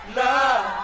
love